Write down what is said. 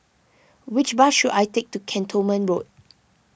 which bus should I take to Cantonment Road